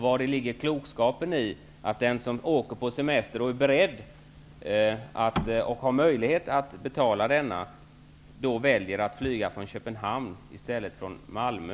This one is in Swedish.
Vari ligger klokskapen i att den som åker på semester och är beredd, och har möjlighet, att betala för denna väljer att flyga från Köpenhamn i stället för från Malmö?